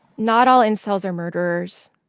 not all incels are murderers,